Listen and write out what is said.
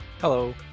Hello